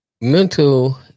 mental